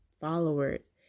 followers